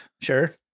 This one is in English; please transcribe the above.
Sure